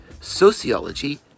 sociology